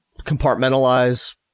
compartmentalize